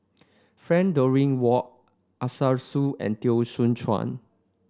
Frank Dorrington Ward Arasu and Teo Soon Chuan